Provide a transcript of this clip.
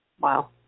Wow